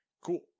Cool